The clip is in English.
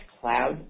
cloud